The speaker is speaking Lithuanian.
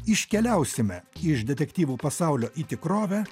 iškeliausime iš detektyvų pasaulio į tikrovę